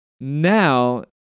Now